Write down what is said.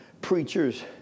preachers